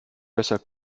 besser